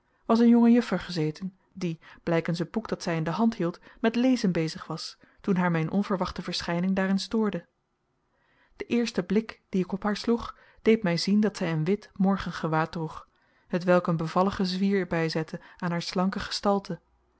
was een jonge juffer gezeten die blijkens het boek dat zij in de hand hield met lezen bezig was toen haar mijn onverwachte verschijning daarin stoorde de eerste blik dien ik op haar sloeg deed mij zien dat zij een wit morgengewaad droeg hetwelk een bevalligen zwier bijzette aan haar slanke gestalte